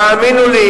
בוא תסביר לי,